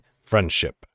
friendship